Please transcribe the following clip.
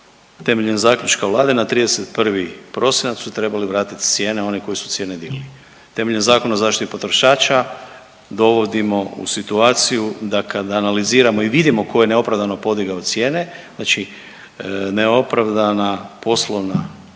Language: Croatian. temeljem zaključka Vlade na 31. prosinac su trebali vratiti cijene oni koji su cijene digli. Temeljem Zakona o zaštiti potrošača dovodimo u situaciju da kad analiziramo i vidimo ko je neopravdano podigao cijene znači neopravdana poslovna praksa